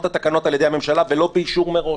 התקנות על-ידי הממשלה ולא באישור מראש.